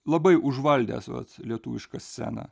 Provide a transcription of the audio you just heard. labai užvaldęs vat lietuvišką sceną